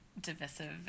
divisive